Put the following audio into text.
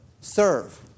Serve